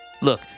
Look